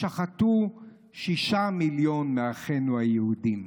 שחטו שישה מיליון מאחינו היהודים.